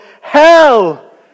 hell